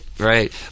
right